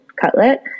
cutlet